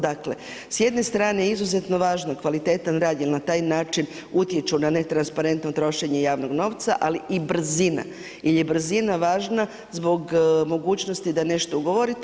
Dakle, s jedne strane izuzetan važan kvalitetan rad jer na taj način utječu na netransparentno trošenje javnog novca, ali i brzina jel je brzina važna zbog mogućnosti da nešto ugovorite.